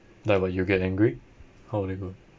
like what you get angry how would it go